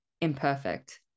imperfect